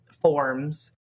forms